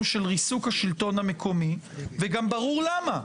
של ריסוק השלטון המקומי וגם ברור למה,